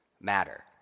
matter